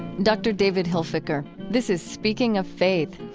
dr. david hilfiker. this is speaking of faith.